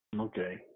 Okay